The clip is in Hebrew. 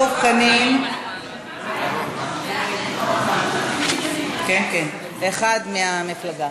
דב חנין, אחד מהמפלגה.